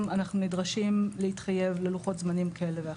אנחנו מתחייבים להתחייב ללוחות זמנים כאלה ואחרים,